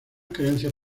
creencias